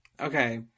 Okay